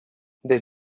des